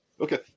Okay